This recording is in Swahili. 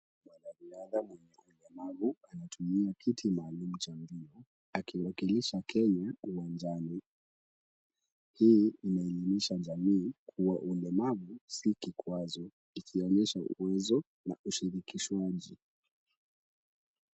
Mwanariadha mwenye ulemavu anatumia kiti maalum cha mbio, akiwakilisha Kenya uwanjani. Hii inaelimisha jamii kuwa ulemavu si kikwazo ikionyesha uwezo na ushirikishwaji.